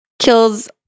kills